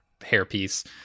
hairpiece